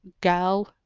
girl